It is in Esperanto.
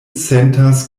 sentas